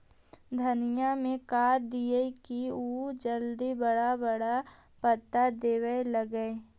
धनिया में का दियै कि उ जल्दी बड़ा बड़ा पता देवे लगै?